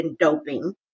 doping